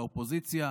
את האופוזיציה,